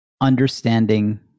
understanding